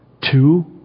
two